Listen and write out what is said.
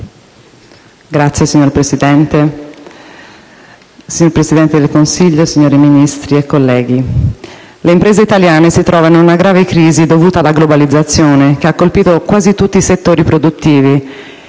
BENCINI *(M5S)*. Signor Presidente del Consiglio, signori Ministri, colleghi, le imprese italiane si trovano in una grave crisi dovuta alla globalizzazione che ha colpito quasi tutti i settori produttivi